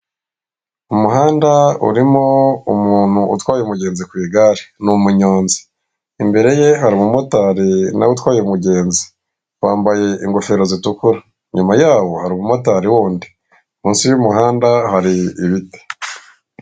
Umuhanda urimo umuntu utwaye umugenzi ku igare, ni umunyonzi, imbere ye hari umumotari nawe utwaye umugenzi, wambaye ingofero zitukura nyuma yaho hari umumotari wundi munsi y'umuhanda hari ibiti.